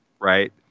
right